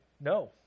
no